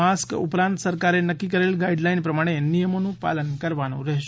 mask ઉપરાંત સરકારે નક્કી કરેલી ગાઇડલાઇન પ્રમાણે નિયમોનું પાલન કરવાનું રહેશે